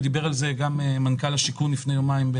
ודיבר על זה מנכ"ל משרד השיכון לפני יומיים,